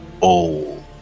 old